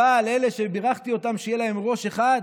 אבל אלה שבירכתי אותם שיהיה להם ראש אחד,